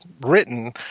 written